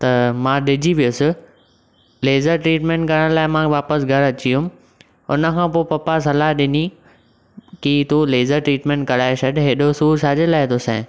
त मां ॾिजी वयुसि लेज़र ट्रीटमेन्ट करण लाइ मां वापसि घरु अची वयुमि उनखां पोइ पपा सलाह ॾिनी कि तू लेज़र ट्रीटमेन्ट कराए छॾु हेॾो सूरु छाॼे लाइ थो सहीं